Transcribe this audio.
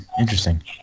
interesting